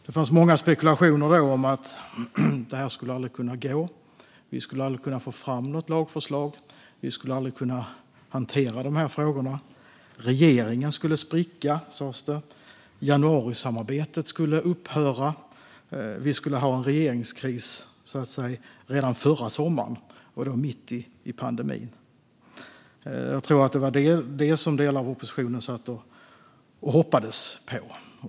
Det fanns många spekulationer då om att det här aldrig skulle gå, att vi aldrig skulle få fram något lagförslag, att vi aldrig skulle kunna hantera de här frågorna. Regeringen skulle spricka, sas det. Januarisamarbetet skulle upphöra. Vi skulle få en regeringskris redan förra sommaren, mitt i pandemin. Jag tror att det var det som delar av oppositionen hoppades på.